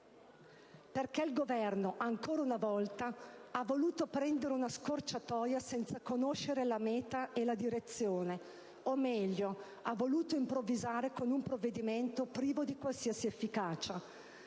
perché il Governo, ancora una volta, ha voluto prendere una scorciatoia senza conoscere la meta e la direzione, o meglio, ha voluto improvvisare con un provvedimento privo di qualsiasi efficacia.